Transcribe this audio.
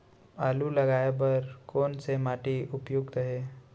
आलू लगाय बर कोन से माटी उपयुक्त हे?